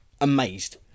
amazed